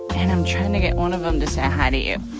and i'm trying to get one of them to say hi to you.